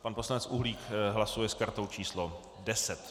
Pan poslanec Uhlík hlasuje s kartou číslo 10.